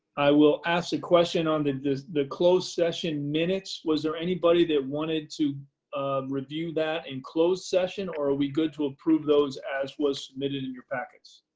i will ask a question on the the closed session minutes. was there anybody that wanted to review that in closed session or are we good to approve those as was admitted in your packets?